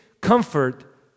comfort